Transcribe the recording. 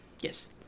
Yes